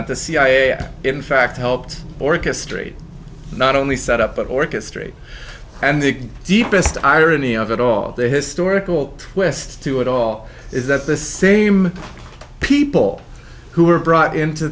that the cia in fact helped orchestrate not only set up but orchestrate and the deepest irony of it all the historical twist to it all is that the same people who were brought into